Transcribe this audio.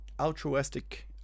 altruistic